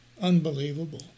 unbelievable